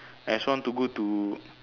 I also want to go to